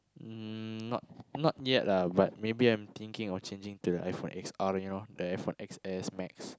mm not not yet ah but maybe I'm thinking of changing to the iPhone-X_R you know the iPhone-X_S max